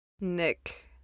nick